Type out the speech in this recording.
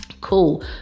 Cool